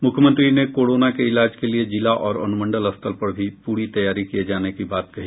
मुख्यमंत्री ने कोरोना के इलाज के लिए जिला और अनुमंडल स्तर पर भी पूरी तैयारी किये जाने की बात कही